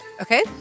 Okay